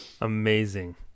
Amazing